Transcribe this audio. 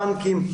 הבנקים,